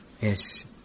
Yes